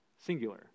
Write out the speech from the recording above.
singular